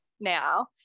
now